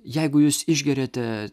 jeigu jūs išgeriate